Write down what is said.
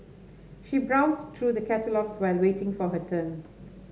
she browsed through the catalogues while waiting for her turn